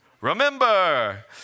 Remember